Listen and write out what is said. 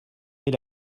met